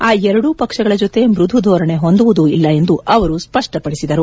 ಆ ಎರಡೂ ಪಕ್ಷಗಳ ಜೊತೆ ಮೃದು ಧೋರಣೆ ಹೊಂದುವುದೂ ಇಲ್ಲ ಎಂದು ಅವರು ಸ್ವಷ್ಟಪಡಿಸಿದರು